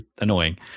annoying